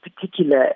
particular